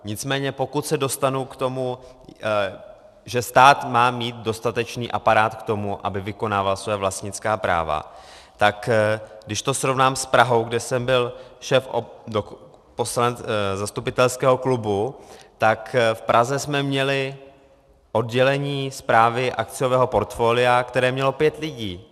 Nicméně pokud se dostanu k tomu, že stát má mít dostatečný aparát k tomu, aby vykonával svá vlastnická práva, tak když to srovnám s Prahou, kde jsem byl šéfem zastupitelského klubu, tak v Praze jsme měli oddělení správy akciového portfolia, které mělo pět lidí.